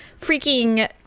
freaking